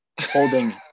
holding